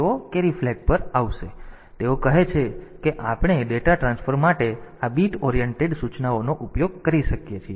તેથી તેઓ કહે છે કે આપણે ડેટા ટ્રાન્સફર માટે આ બીટ ઓરિએન્ટેડ સૂચનાઓનો ઉપયોગ કરી શકીએ છીએ